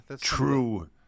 True